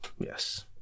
Yes